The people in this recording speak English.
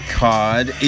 card